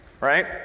right